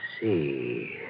see